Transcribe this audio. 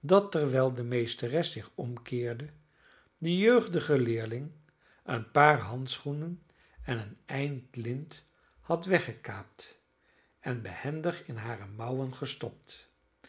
dat terwijl de meesteres zich omkeerde de jeugdige leerling een paar handschoenen en een eind lint had weggekaapt en behendig in hare mouwen gestopt